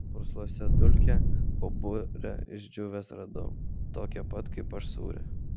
pursluose dulkę po bure išdžiūvęs radau tokią pat kaip aš sūrią